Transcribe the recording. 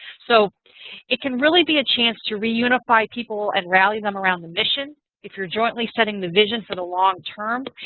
so it can really be a chance to reunify people and rally them around a mission. if you're jointly setting the mission for the long term.